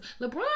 lebron